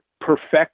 perfect